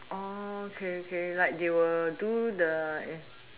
oh okay okay like they will do the